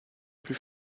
plus